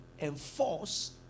enforce